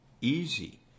easy